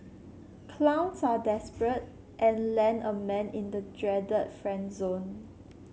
clowns are desperate and land a man in the dreaded friend zone